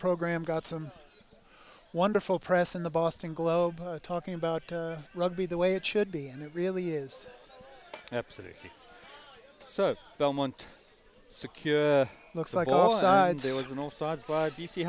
program got some wonderful press in the boston globe talking about rugby the way it should be and it really is absolutely so belmont secure looks like